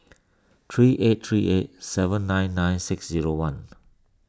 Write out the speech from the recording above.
three eight three eight seven nine nine six zero one